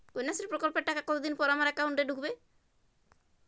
কন্যাশ্রী প্রকল্পের টাকা কতদিন পর আমার অ্যাকাউন্ট এ ঢুকবে?